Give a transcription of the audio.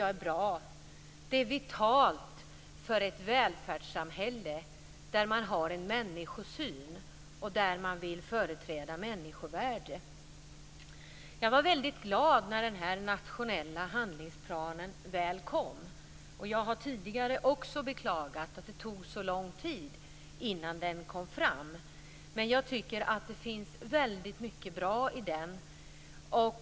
Det är vitalt för ett välfärdssamhälle som vill företräda ett människovärde. Jag var glad när förslaget till nationell handlingsplan lades fram. Jag har tidigare beklagat att det tog tid innan den lades fram. Men det finns mycket som är bra i den.